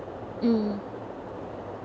mm